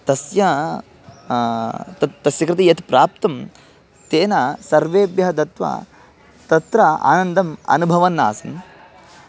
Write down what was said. तस्य तत् तस्य कृते यत् प्राप्तं तेन सर्वेभ्यः दत्वा तत्र आनन्दम् अनुभवन् आसन्